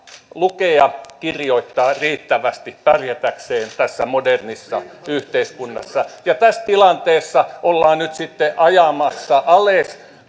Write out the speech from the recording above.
lukea kirjoittaa riittävästi pärjätäkseen tässä modernissa yhteiskunnassa ja tässä tilanteessa ollaan nyt sitten ajamassa alas